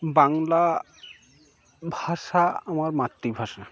বাংলা ভাষা আমার মাতৃভাষা